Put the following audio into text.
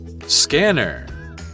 scanner